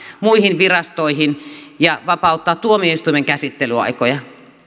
muihin virastoihin ja vapauttaa tuomioistuimen käsittelyaikoja